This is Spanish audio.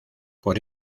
por